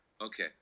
Okay